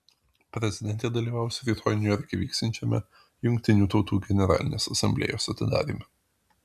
prezidentė dalyvaus rytoj niujorke vyksiančiame jungtinių tautų generalinės asamblėjos atidaryme